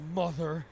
mother